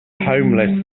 homeless